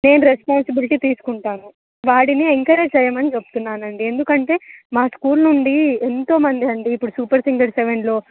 నేను రెస్పాన్సిబిలిటీ తీసుకుంటాను వాడిని ఎంకరేజ్ చేయమని చెప్తున్నాను అండి ఎందుకంటే మా స్కూల్ నుండి ఎంతోమంది అండి ఇప్పుడు సూపర్ సింగర్స్ సెవెన్లో